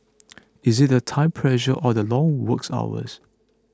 is it the time pressure or the long works hours